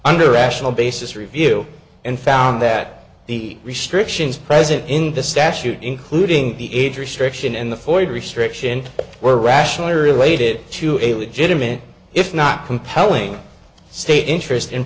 under rational basis review and found that the restrictions present in the statute including the age restriction and the foid restriction were rationally related to a legitimate if not compelling state interest in